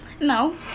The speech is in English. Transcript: no